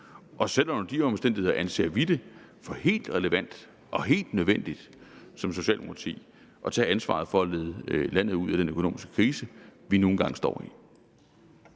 Selv under de omstændigheder anser vi det for helt relevant og helt nødvendigt som Socialdemokrati at tage ansvaret for at lede landet ud af den økonomiske krise, vi nu engang står i.